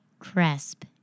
Cresp